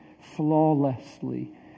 flawlessly